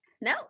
No